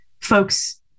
folks